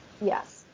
Yes